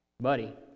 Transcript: buddy